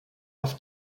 auf